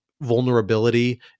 vulnerability